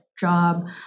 job